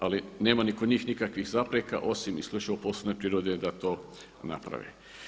Ali nema ni kod njih nikakvih zapreka osim isključivo poslovne prirode da to naprave.